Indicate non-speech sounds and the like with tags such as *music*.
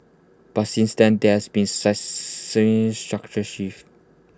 but since then there has been *unintelligible* structural shifts